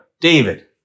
David